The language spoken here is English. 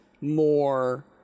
more